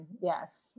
yes